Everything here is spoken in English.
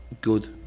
good